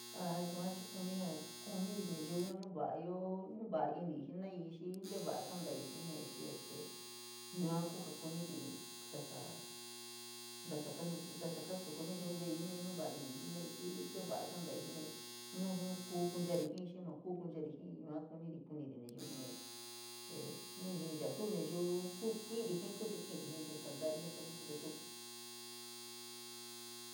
A yua chii kuni a kuniíí nayiu nu va’a ioo, va’a iniíí jenaiíí xii nteva’a kontaii jenaii xii, este yua kuu ja kuniri ntasa, ntasa ntasa kasuku nayiu yua ve’eíí jenaíí nu va’a iniíí jenaiíí xii nteva’a kantaiíí jena’aiíí, nu kuu kunchari jiíí xii maa kuu kunchari jiíí yua kuniri nayiu jenaiíí e nu ni jiniri suu nayiu kuu ki’i jiíí ku te ki’iri jii te tanta’ari jii te nu tu, te tuu.